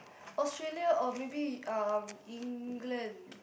Australia or maybe um England